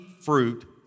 fruit